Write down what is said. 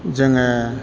जोङो